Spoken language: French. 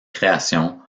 créations